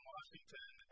Washington